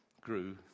grew